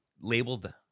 labeled